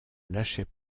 lâchait